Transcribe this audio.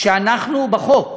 בחוק,